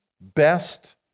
best